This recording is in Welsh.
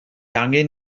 angen